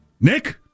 Nick